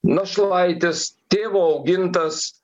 našlaitis tėvo augintas